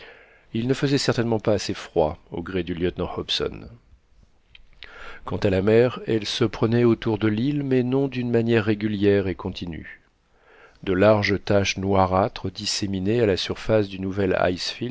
il ne faisait certainement pas assez froid au gré du lieutenant hobson quant à la mer elle se prenait autour de l'île mais non d'une manière régulière et continue de larges taches noirâtres disséminées à la surface du nouvel